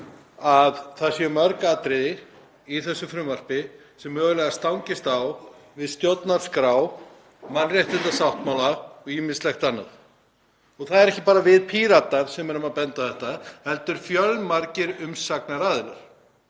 að það eru mörg atriði í þessu frumvarpi sem stangast mögulega á við stjórnarskrá og mannréttindasáttmála og ýmislegt annað. Og það eru ekki bara við Píratar sem bendum á þetta heldur fjölmargir umsagnaraðilar.